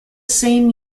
same